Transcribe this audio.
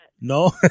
No